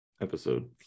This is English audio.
episode